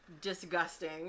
disgusting